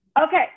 Okay